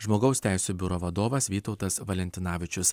žmogaus teisių biuro vadovas vytautas valentinavičius